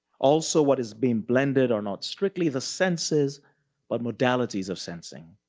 also, what is being blended or not strictly the senses but modalities of sensing,